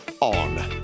on